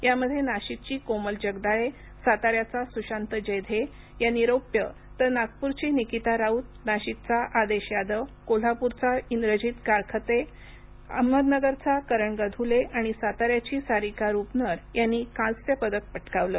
यामध्ये नाशिकची कोमल जगदाळे साताऱ्याचा सुशांत जेधे यांनी रौप्य तर नागपूरची निकिता राऊत नाशिकचा आदेश यादव कोल्हापूरचा इंद्रजित करखाते अहमदनगरचा करण गधुले आणि साताऱ्याची सारिका रुपनर यांनी कांस्य पदक पटकावलं